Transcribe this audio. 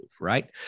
Right